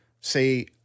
say